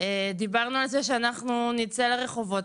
דיברנו על זה שאנחנו נצא לרחובות.